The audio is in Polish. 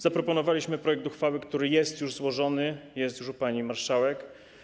Zaproponowaliśmy projekt uchwały, który jest już złożony, jest już u pani marszałek.